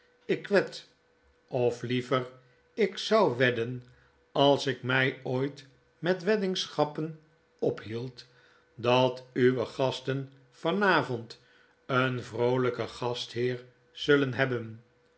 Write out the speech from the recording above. lk wed of liever ik zou wedden als ik mij ooit met weddingschappen ophield dat uwe fasten van avond een vroolflken gastheer zullen ebben